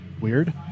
weird